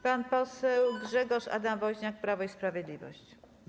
Pan poseł Grzegorz Adam Woźniak, Prawo i Sprawiedliwość.